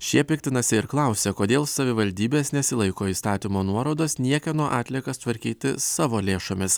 šie piktinasi ir klausia kodėl savivaldybės nesilaiko įstatymo nuorodos niekieno atliekas tvarkyti savo lėšomis